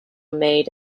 made